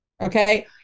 Okay